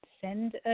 send